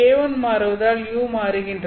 k1 மாறுவதால் u மாறுகின்றது